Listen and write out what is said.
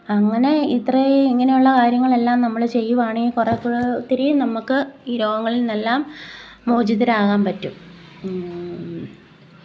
അങ്ങനെ ഇത്രയും ഇങ്ങനെയുള്ള കാര്യങ്ങളെല്ലാം നമ്മൾ ചെയ്യുവാണെങ്കിൽ കുറേക്കൂടെ ഒത്തിരിയും നമുക്ക് ഈ രോഗങ്ങളിൽ നിന്നെല്ലാം മോചിതരാകാൻ പറ്റും